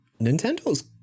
nintendo's